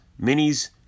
minis